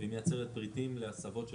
והיא מייצרת פריטים להסבות של